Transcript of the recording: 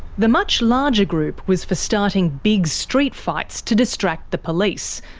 the much larger group was for starting big street fights to distract the police,